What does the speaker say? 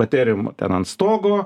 baterijom ten ant stogo